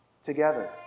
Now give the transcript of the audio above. together